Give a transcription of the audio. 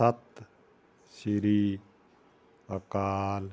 ਸਤਿ ਸ਼੍ਰੀ ਅਕਾਲ